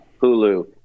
Hulu